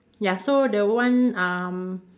ya so the one um